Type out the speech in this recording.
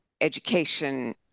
education